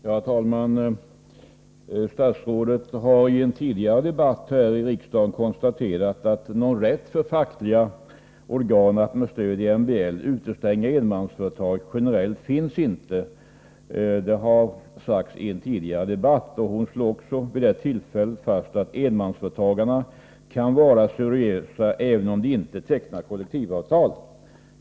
Herr talman! Statsrådet har i en tidigare debatt här i riksdagen konstaterat att det generellt inte finns någon rätt för fackliga organ att med stöd i MBL utestänga enmansföretag. Vid det tillfället slog hon också fast att enmansföretagarna kan vara seriösa även om de inte tecknar kollektivavtal.